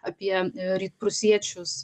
apie rytprūsiečius